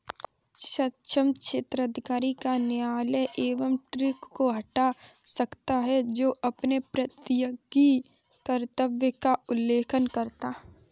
सक्षम क्षेत्राधिकार का न्यायालय एक ट्रस्टी को हटा सकता है जो अपने प्रत्ययी कर्तव्य का उल्लंघन करता है